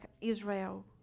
Israel